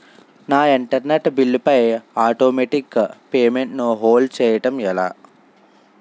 నా internet bill పై automatic payment ను హోల్డ్ చేయటం ఎలా?